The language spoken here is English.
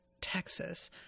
texas